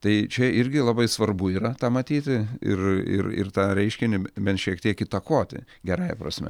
tai čia irgi labai svarbu yra tą matyti ir ir ir tą reiškinį bent šiek tiek įtakoti gerąja prasme